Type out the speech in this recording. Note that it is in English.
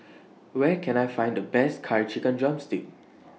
Where Can I Find The Best Curry Chicken Drumstick